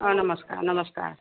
হয় নমস্কাৰ নমস্কাৰ